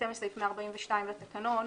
בהתאם לסעיף 142 לתקנון,